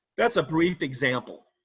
that's a brief example